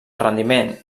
rendiment